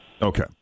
Okay